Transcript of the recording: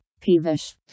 peevish